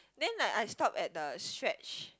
then I I stop at the stretch